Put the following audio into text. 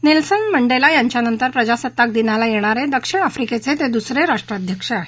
Nelson Mandela यांच्यानंतर प्रजासत्ताक दिनाला येणारे दक्षिण अफ्रिकेचे ते दुसरे राष्ट्राध्यक्ष आहेत